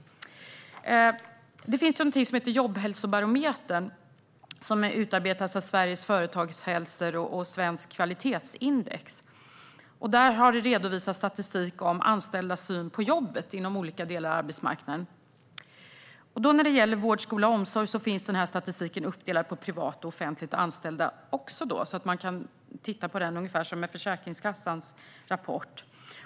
Det finns någonting som heter Jobbhälsobarometern, som är utarbetad av Sveriges Företagshälsor och Svenskt Kvalitetsindex. Där har det redovisats statistik om anställdas syn på jobbet inom olika delar av arbetsmarknaden. När det gäller vård, skola och omsorg är statistiken uppdelad på privat och offentligt anställda så att man kan titta på den ungefär som i Försäkringskassans rapport.